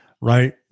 right